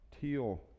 teal